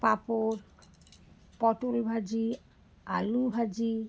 পাপড় পটল ভাজি আলু ভাজি